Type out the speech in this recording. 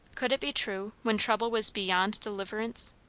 could it be true, when trouble was beyond deliverance?